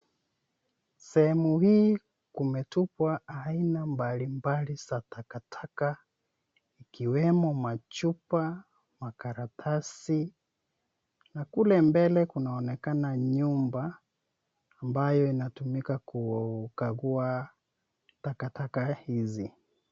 Sehemu hii, kumetupwa aina mbalimbali za takataka ikiwemo machupa, makaratasi na kule mbele kunaonekana nyumba ambayo inayotumika kukagua takataka hizi.